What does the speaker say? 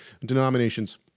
denominations